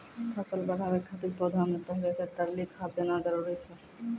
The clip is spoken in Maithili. फसल बढ़ाबै खातिर पौधा मे पहिले से तरली खाद देना जरूरी छै?